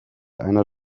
einer